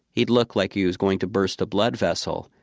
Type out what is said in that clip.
he'd look like he was going to burst a blood vessel,